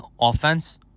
offense